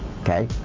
okay